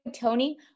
Tony